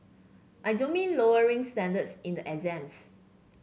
I don't mean lowering standards in the exams